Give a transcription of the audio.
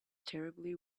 terribly